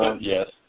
Yes